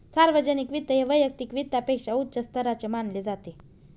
सार्वजनिक वित्त हे वैयक्तिक वित्तापेक्षा उच्च स्तराचे मानले जाते